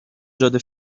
جاده